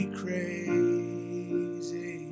crazy